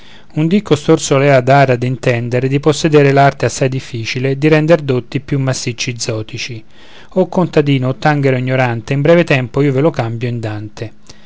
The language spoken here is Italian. un di costor solea dare ad intendere di possedere l'arte assai difficile di render dotti i più massicci zotici o contadino o tanghero ignorante in breve tempo io ve lo cambio in dante